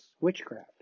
witchcraft